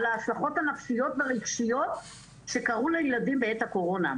על ההשלכות הנפשיות והרגשיות שקרו לילדים בעת הקורונה,